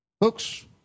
Folks